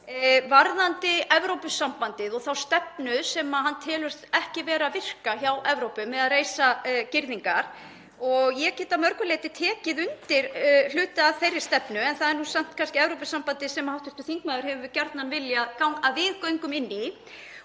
varðandi Evrópusambandið og þá stefnu sem hann telur ekki vera að virka í Evrópu með að reisa girðingar og ég get að mörgu leyti tekið undir hluta af þeirri stefnu. En það er nú samt kannski Evrópusambandið sem hv. þingmaður hefur gjarnan viljað að við göngum í